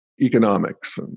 economics